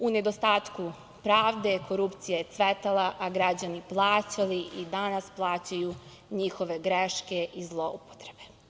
U nedostatku pravde, korupcija je cvetala, a građani plaćali i danas plaćaju njihove greške i zloupotrebe.